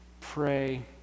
pray